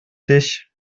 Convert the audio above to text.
dich